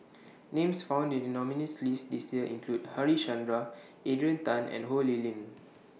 Names found in The nominees' list This Year include Harichandra Adrian Tan and Ho Lee Ling